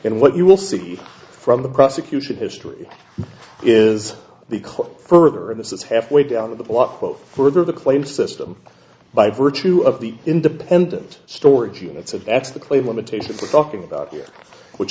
and what you will see from the prosecution history is the further in this is halfway down the block quote further the claim system by virtue of the independent storage units of x the claim limitation for talking about here which